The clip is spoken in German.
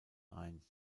ein